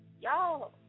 y'all